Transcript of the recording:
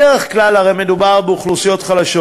בדרך כלל הרי מדובר באוכלוסיות חלשות